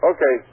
Okay